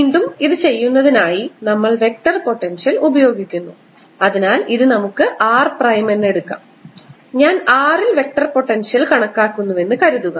വീണ്ടും ഇത് ചെയ്യുന്നതിനായി നമ്മൾ വെക്റ്റർ പൊട്ടൻഷ്യൽ ഉപയോഗിക്കുന്നു അതിനാൽ നമുക്ക് ഇത് r പ്രൈം എന്ന് എടുക്കാം ഞാൻ r ൽ വെക്റ്റർ പൊട്ടൻഷ്യൽ കണക്കാക്കുന്നുവെന്ന് കരുതുക